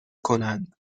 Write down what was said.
کنند